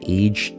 age